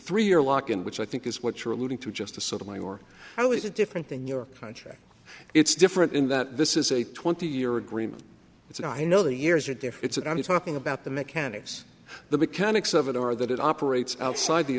three year lock in which i think is what you're alluding to just a sort of mine or how is it different than your contract it's different in that this is a twenty year agreement it's and i know the years are there it's that i'm talking about the mechanics the mechanics of it are that it operates outside the